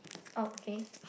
oh okay